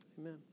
Amen